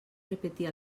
repetir